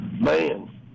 man